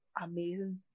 amazing